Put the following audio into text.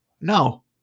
no